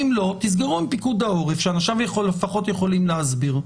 אם לא תסגרו עם פיקוד העורף שאנשיו לפחות יכולים להסביר.